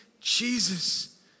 Jesus